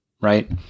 Right